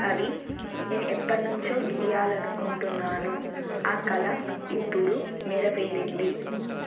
అవి నేను ఎప్పటినుంచో గీయాలి అనుకుంటున్నాను ఆ కళ ఇప్పుడు నెరవేరింది